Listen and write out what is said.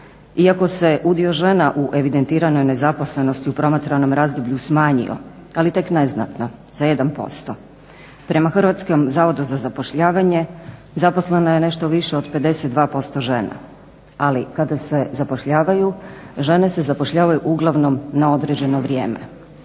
iako se udio žena u evidentiranoj nezaposlenosti u promatranom razdoblju smanjio, ali tek neznatno, za 1%. Prema Hrvatskom zavodu za zapošljavanje zaposleno je nešto više od 52% žena, ali kada se zapošljavaju žene se zapošljavaju uglavnom na određeno vrijeme.